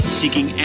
seeking